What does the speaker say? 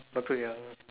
not too young